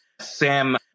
Sam